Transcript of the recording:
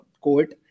quote